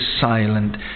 silent